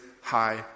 high